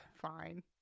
Fine